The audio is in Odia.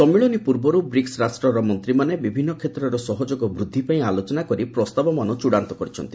ସମ୍ମିଳନୀ ପୂର୍ବରୁ ବ୍ରିକ୍କ ରାଷ୍ଟ୍ରର ମନ୍ତ୍ରୀମାନେ ବିଭିନ୍ନ କ୍ଷେତ୍ରରେ ସହଯୋଗ ବୃଦ୍ଧି ପାଇଁ ଆଲୋଚନା କରି ପ୍ରସ୍ତାବମାନ ଚୂଡ଼ାନ୍ତ କରିଛନ୍ତି